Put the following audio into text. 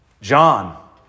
John